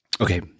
okay